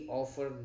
offer